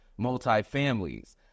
multifamilies